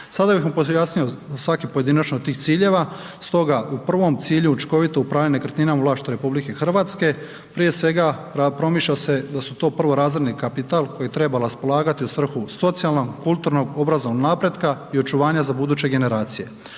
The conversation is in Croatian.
Sada bih pojasnio svaki pojedinačno od tih ciljeva stoga u prvom cilju učinkovito upravljanje nekretnina u vlasništvu RH, prije svega, promišlja se da su to prvorazredni kapital koji treba raspolagati u svrhu socijalnog, kulturnog, obrazovnog napretka i očuvanja za buduće generacije.